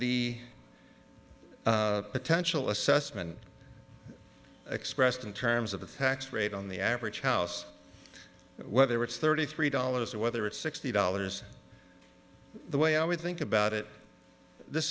the potential assessment expressed in terms of the tax rate on the average house whether it's thirty three dollars or whether it's sixty dollars the way i would think about it this